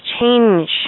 change